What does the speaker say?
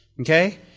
okay